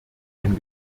ein